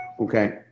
Okay